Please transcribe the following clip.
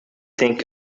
think